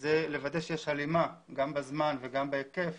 הם לוודא שיש הלימה גם בזמן וגם בהיקף